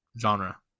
genre